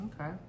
Okay